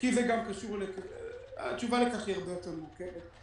התשובה לכך היא הרבה יותר מורכבת.